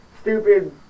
stupid